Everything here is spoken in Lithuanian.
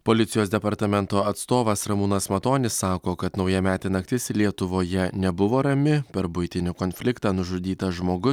policijos departamento atstovas ramūnas matonis sako kad naujametė naktis lietuvoje nebuvo rami per buitinį konfliktą nužudytas žmogus